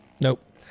Nope